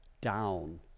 down